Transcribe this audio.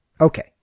Okay